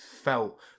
felt